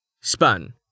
Span